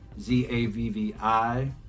Z-A-V-V-I